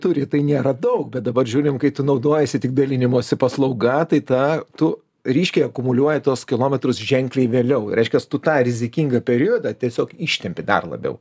turi tai nėra daug bet dabar žiūrim kai tu naudojiesi tik dalinimosi paslauga tai tą tu ryškiai akumuliuoja tuos kilometrus ženkliai vėliau reiškias tu tą rizikingą periodą tiesiog ištempi dar labiau